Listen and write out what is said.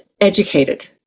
educated